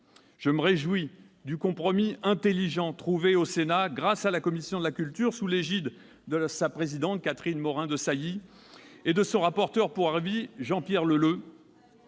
Je me réjouis du compromis intelligent trouvé au Sénat grâce à la commission de la culture, sous l'égide de sa présidente, Catherine Morin-Desailly, et de son rapporteur pour avis, Jean-Pierre Leleux,